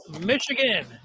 Michigan